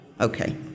Okay